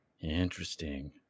Interesting